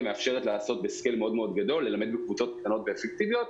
מאפשרים לעשות בהיקף מאוד גדול: ללמד בקבוצות קטנות ואפקטיביות.